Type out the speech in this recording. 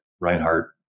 Reinhardt